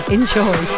Enjoy